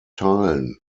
teilen